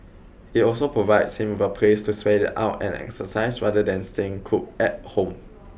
it also provides him a place to sweat it out and exercise rather than staying cooped at home